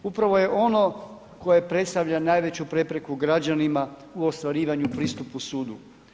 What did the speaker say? Upravo je ono koje predstavlja najveću prepreku građanima u ostvarivanju pristupu sudu.